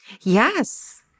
Yes